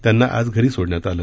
त्यांना आज घरी सोडण्यात आलं